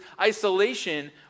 isolation